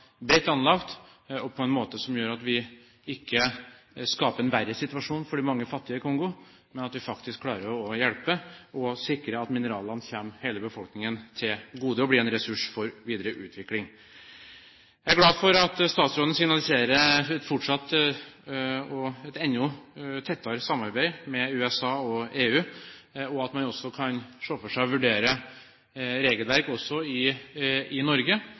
bredt anlagt og på en måte som gjør at vi ikke skaper en verre situasjon for de mange fattige i Kongo, men at vi faktisk klarer å hjelpe og sikre at mineralene kommer hele befolkningen til gode og blir en ressurs for videre utvikling. Jeg er glad for at statsråden signaliserer et fortsatt og et enda tettere samarbeid med USA og EU, og at man kan se for seg og vurdere regelverk også i Norge i